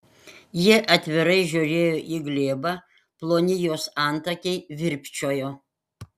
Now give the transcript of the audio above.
ji atvirai žiūrėjo į glėbą ploni jos antakiai virpčiojo